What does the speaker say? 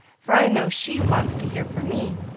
for i know she wants to hear from me.